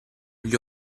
gli